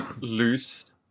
loose